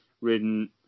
ridden